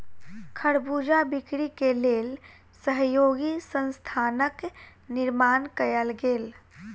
खरबूजा बिक्री के लेल सहयोगी संस्थानक निर्माण कयल गेल